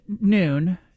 noon